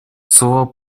слова